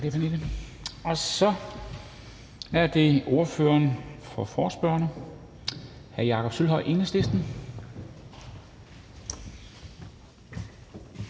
Så er det ordføreren for forespørgerne, hr. Jakob Sølvhøj, Enhedslisten.